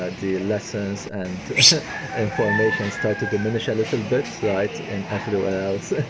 ah the lessons and information start to diminish a little bit like in everywhere else.